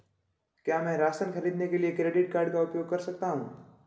क्या मैं राशन खरीदने के लिए क्रेडिट कार्ड का उपयोग कर सकता हूँ?